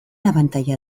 abantaila